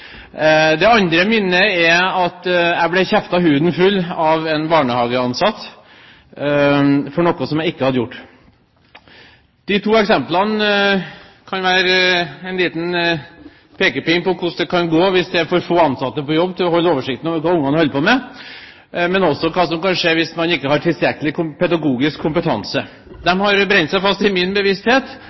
Det andre minnet er at jeg av en barnehageansatt ble kjeftet huden full for noe jeg ikke hadde gjort. De to eksemplene kan være en liten pekepinn om hvordan det kan gå hvis det er for få ansatte på jobb til å ha oversikt over hva ungene holder på med, men også hva som kan skje hvis man ikke har tilstrekkelig pedagogisk kompetanse. Disse minnene har brent seg fast i min bevissthet,